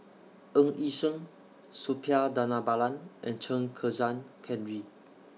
Ng Yi Sheng Suppiah Dhanabalan and Chen Kezhan Henri